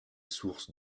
source